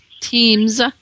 Teams